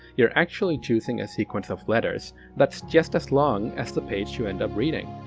you're actually choosing a sequence of letters that's just as long as the page you end up reading.